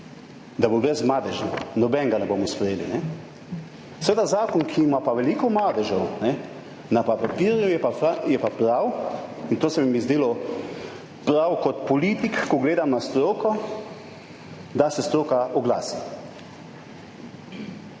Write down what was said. da bo brez madežev, nobenega ne bomo sprejeli. Za zakon, ki ima pa veliko madežev na papirju, je pa prav in to se mi zdi prav kot politiku, ko gledam na stroko, da se stroka oglasi.